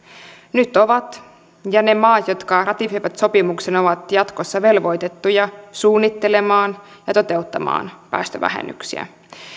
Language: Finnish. nyt ovat ja ne maat jotka ratifioivat sopimuksen ovat jatkossa velvoitettuja suunnittelemaan ja toteuttamaan päästövähennyksiä